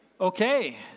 okay